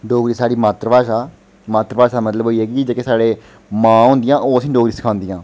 डोगरी साढ़ी मात्तर भाशा ऐ मात्तर भाशा दा मतलब होई गेआ कि जेह्ड़े साढ़े मांऽ होंदियां ओह् असें ई डोगरी सखांदियां